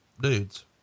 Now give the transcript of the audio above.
dudes